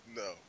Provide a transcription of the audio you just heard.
no